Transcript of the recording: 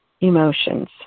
emotions